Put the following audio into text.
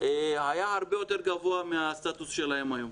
היה הרבה יותר גבוה מהסטטוס שלהם היום.